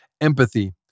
empathy